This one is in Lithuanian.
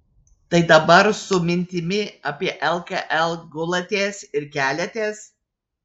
tai dabar su mintimi apie lkl gulatės ir keliatės